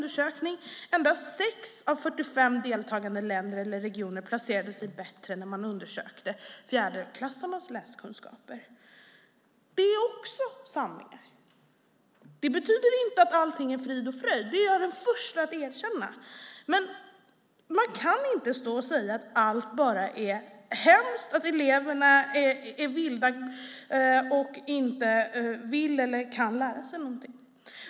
Endast 6 av 45 deltagande länder eller regioner placerade sig bättre när man undersökte fjärdeklassarnas läskunskaper. Det är också sanningar. Det betyder inte att allting är frid och fröjd, och det är jag den första att erkänna. Men man kan inte stå och säga att allt bara är hemskt, att eleverna är vilda och inte vill eller kan lära sig någonting.